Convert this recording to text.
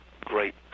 great